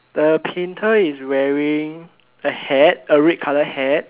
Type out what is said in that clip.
the painter is wearing a hat a red color hat